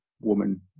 woman